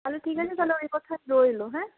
তাহলে ঠিক আছে তাহলে ওই কথা রইল হ্যাঁ